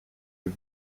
you